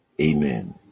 Amen